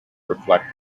reflect